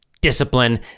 discipline